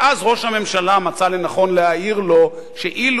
ואז ראש הממשלה מצא לנכון להעיר לו שאילו